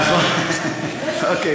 אוסאמה סעדי,